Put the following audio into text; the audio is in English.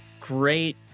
great